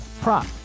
prop